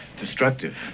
destructive